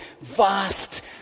vast